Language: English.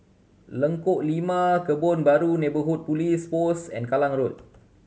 Lengkok Lima Kebun Baru Neighbourhood Police Post and Kallang Road